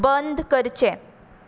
बंद करचें